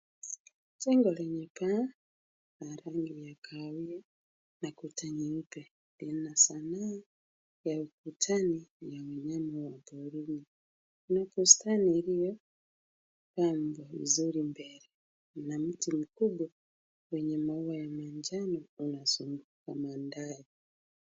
Jengo lenye paa la rangi ya kahawia na kuta nyeupe, lina sanaa ya ukutani ya mnyama wa porini na bustani iliyopangwa vizuri mbele na mti mkubwa wenye maua ya manjano unazunguka mandhari.